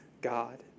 God